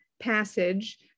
Passage